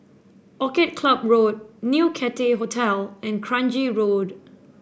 Orchid Club Road New Cathay Hotel and Kranji Road